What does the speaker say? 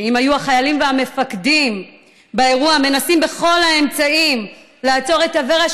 ואם היו החיילים והמפקדים באירוע מנסים בכל האמצעים לעצור את אברה,